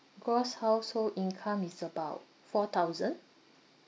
gross household income is about four thousand